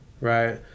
right